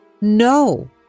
no